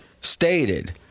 stated